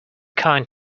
kind